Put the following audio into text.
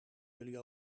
jullie